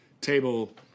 table